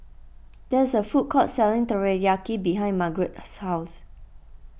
there is a food court selling Teriyaki behind Margarete's house